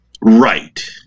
Right